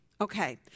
Okay